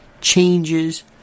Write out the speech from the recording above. changes